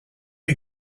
you